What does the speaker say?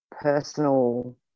personal